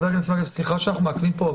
סליחה שאנחנו מעכבים פה,